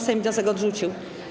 Sejm wniosek odrzucił.